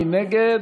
מי נגד?